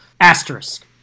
asterisk